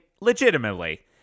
legitimately